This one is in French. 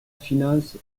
finance